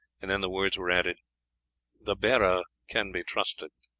and then the words were added the bearer can be trusted.